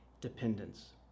dependence